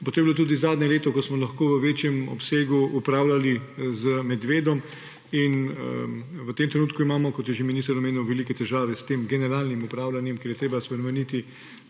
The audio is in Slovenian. potem je bilo tudi zadnje leto, ko smo lahko v večjem obsegu upravljali z medvedom. V tem trenutku imamo, kot je že minister omenjal, velike težave s tem generalnim upravljanjem, ker je treba spremeniti